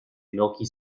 milky